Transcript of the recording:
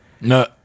No